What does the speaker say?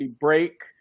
break